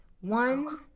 One